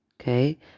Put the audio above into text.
okay